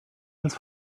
als